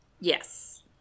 Yes